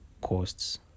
costs